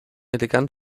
elegant